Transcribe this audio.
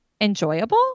enjoyable